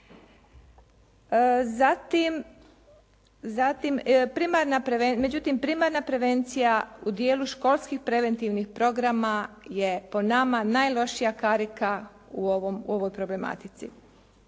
međutim primarna prevencija u dijelu školskih preventivnih programa je po nama najlošija karika u ovom, u ovoj problematici.